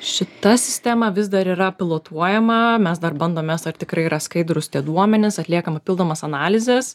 šita sistema vis dar yra pilotuojama mes dar bandom mes ar tikrai yra skaidrūs tie duomenys atliekam papildomas analizes